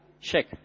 Check